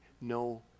no